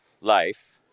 life